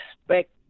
respect